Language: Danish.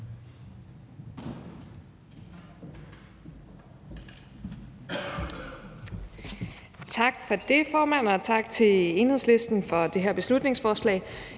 Tak for det, formand, og tak til Enhedslisten for det her beslutningsforslag.